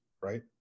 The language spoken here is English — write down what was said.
right